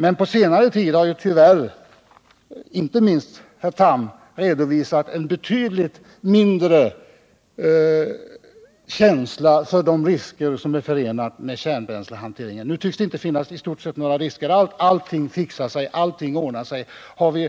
Men på senare tid har tyvärr inte minst herr Tham redovisat en betydligt mindre känsla än tidigare för de risker som är förenade med kärnbränslehantering. Nu tycks det i stort sett inte finnas några risker alls. Allting ordnar sig! Det tycks vara så